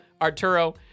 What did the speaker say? Arturo